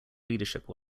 leadership